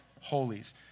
holies